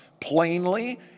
plainly